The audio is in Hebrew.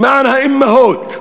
למען האימהות,